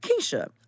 Keisha